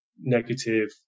negative